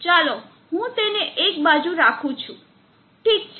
ચાલો હું તેને એક બાજુ રાખું છું ઠીક છે